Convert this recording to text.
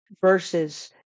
versus